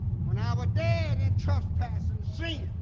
when our dead in trespasses and see